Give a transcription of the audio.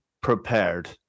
prepared